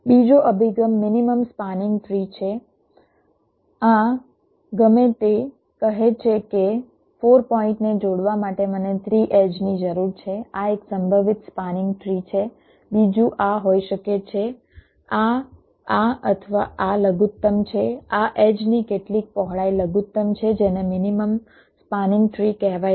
બીજો અભિગમ minimum spanning tree છે આ ગમે તે કહે છે કે 4 પોઈન્ટને જોડવા માટે મને 3 એડ્જની જરૂર છે આ એક સંભવિત સ્પાનિંગ ટ્રી છે બીજું આ હોઈ શકે છે આ આ અથવા આ લઘુત્તમ છે આ એડ્જની કેટલીક પહોળાઈ લઘુત્તમ છે જેને મીનીમમ સ્પાનિંગ ટ્રી કહેવાય છે